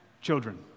children